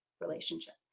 relationship